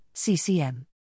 CCM